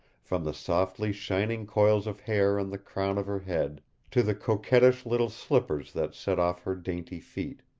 from the softly shining coils of hair on the crown of her head to the coquettish little slippers that set off her dainty feet.